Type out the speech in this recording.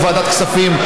יו"ר ועדת הכספים,